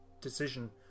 decision